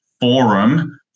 forum